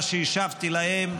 מה שהשבתי להם,